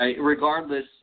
regardless